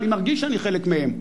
אני מרגיש שאני חלק מהם.